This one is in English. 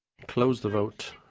close the vote.